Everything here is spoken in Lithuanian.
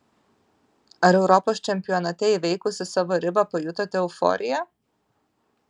ar europos čempionate įveikusi savo ribą pajutote euforiją